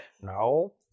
No